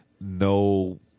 no